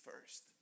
first